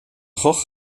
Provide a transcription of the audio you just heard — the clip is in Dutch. gogh